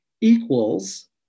equals